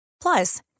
Plus